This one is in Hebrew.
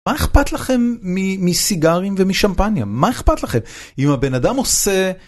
מה אכפת לכם מסיגרים ומשמפניה? מה אכפת לכם? אם הבן אדם עושה...